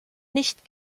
nicht